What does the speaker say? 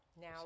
now